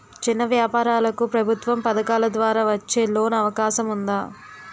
చిన్న వ్యాపారాలకు ప్రభుత్వం పథకాల ద్వారా వచ్చే లోన్ అవకాశం ఉందా?